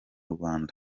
rwanda